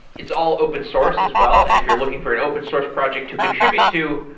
it's all open-source as well, and if you're looking for an open source project to contribute to,